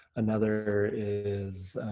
another is